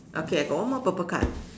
okay I got one more purple card